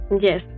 Yes